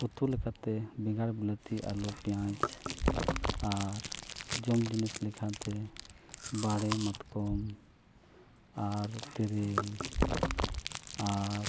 ᱩᱛᱩ ᱞᱮᱠᱟᱛᱮ ᱵᱮᱸᱜᱟᱲ ᱵᱤᱞᱟᱹᱛᱤ ᱟᱞᱩ ᱯᱮᱸᱭᱟᱡᱽ ᱟᱨ ᱡᱚᱢ ᱡᱤᱱᱤᱥ ᱞᱮᱠᱟᱛᱮ ᱵᱟᱲᱮ ᱢᱟᱛᱠᱚᱢ ᱟᱨ ᱛᱮᱨᱮᱞ ᱟᱨ